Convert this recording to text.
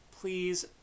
Please